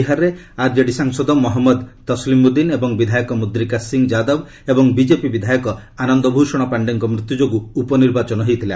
ବିହାରରେ ଆର୍ଜେଡି ସାଂସଦ ମହମ୍ମଦ ତସ୍କିମ୍ଉଦ୍ଦିନ୍ ଏବଂ ବିଧାୟକ ମୁଦ୍ରିକା ସିଂ ଯାଦବ ଏବଂ ବିଜେପି ବିଧାୟକ ଆନନ୍ଦ ଭୂଷଣ ପାଣ୍ଡେଙ୍କ ମୃତ୍ୟୁ ଯୋଗୁଁ ଉପନିର୍ବାଚନ ହୋଇଥିଲା